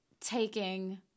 taking